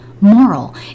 moral